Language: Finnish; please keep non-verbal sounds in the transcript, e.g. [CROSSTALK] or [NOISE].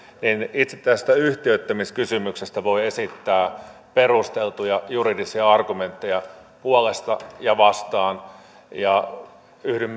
itse tästä yhtiöittämiskysymyksestä voi esittää perusteltuja juridisia argumentteja puolesta ja vastaan yhdyn [UNINTELLIGIBLE]